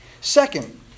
Second